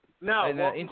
No